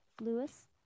Lewis